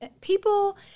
People